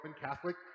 Catholic